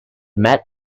met